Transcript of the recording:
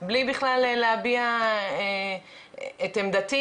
בלי בכלל להביע את עמדתי,